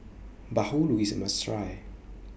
Bahulu IS A must Try